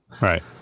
right